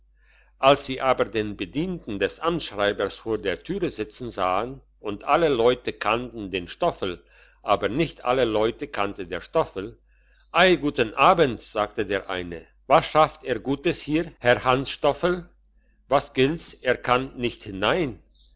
als sie aber den bedienten des amtsschreibers vor der türe sitzen sahen und alle leute kannten den stoffel aber nicht alle leute kannte der stoffel ei guten abend sagte der eine was schafft er guts hier herr hansstoffel was gilt's er kann nicht hinein